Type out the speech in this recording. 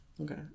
Okay